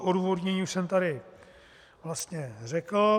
Odůvodnění už jsem tady vlastně řekl.